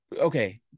okay